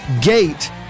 gate